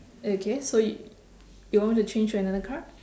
okay so you you want to change to another card